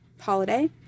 holiday